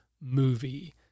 movie